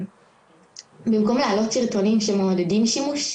במקום להעלות סרטונים שמעודדים שימוש,